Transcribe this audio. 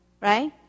right